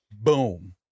Boom